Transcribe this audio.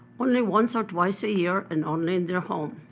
only once or twice a year, and only in their home.